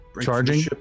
Charging